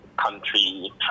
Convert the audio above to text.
country